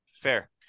Fair